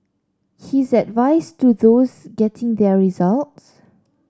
his advice to those getting their results